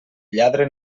lladre